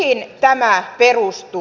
mihin tämä perustuu